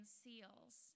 seals